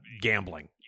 gambling